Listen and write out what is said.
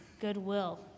goodwill